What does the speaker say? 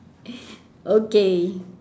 okay